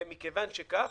מכיוון שכך,